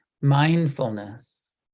mindfulness